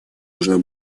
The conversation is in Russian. можно